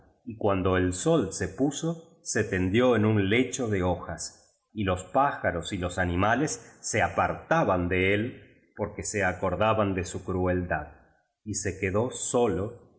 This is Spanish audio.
y cuando el sol se puso se tendió en un lecho de hojas y los pá jaros y los animales se apartaban de él porque se acordaban de su crueldad y se quedó solo